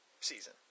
season